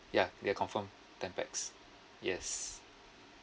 yeah ya confirm ten pax yes